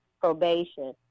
probation